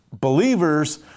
believers